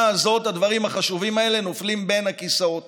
הזאת הדברים החשובים האלה נופלים בין הכיסאות